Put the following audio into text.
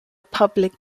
public